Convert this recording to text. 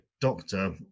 doctor